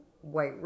White